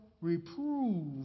reprove